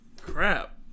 Crap